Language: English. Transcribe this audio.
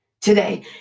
today